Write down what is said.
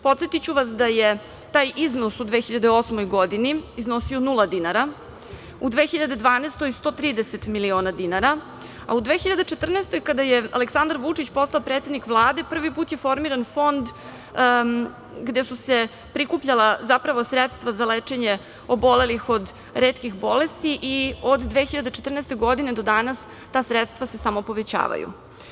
Podsetiću vas da je taj iznos u 2008. godini iznosio nula dinara, u 2012. godini 130 miliona dinara, a u 2014. godini, kada je Aleksandar Vučić postao predsednik Vlade, prvi put je formiran fond gde su se prikupljala zapravo sredstva za lečenje obolelih od retkih bolesti i od 2014. godine do danas ta sredstva se samo povećavaju.